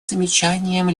замечанием